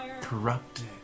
Corrupted